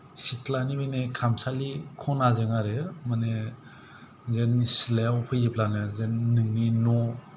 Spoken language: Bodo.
सिथ्लानि नैबे खामसालि खनाजों आरो माने जोंनि सिथ्लायाव फैयोब्लानो जेन नोंनि न'